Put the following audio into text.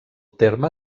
terme